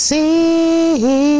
See